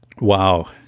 wow